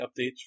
updates